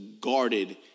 guarded